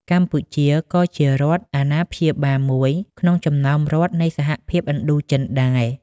កម្ពុជាក៏ជារដ្ឋអាណាព្យាបាលមួយក្នុងចំណោមរដ្ឋនៃសហភាពឥណ្ឌូចិនដែរ។